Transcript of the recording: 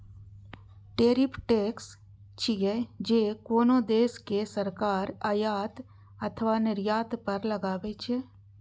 tariff tax छियै, जे कोनो देशक सरकार आयात अथवा निर्यात पर लगबै छै